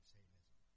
Satanism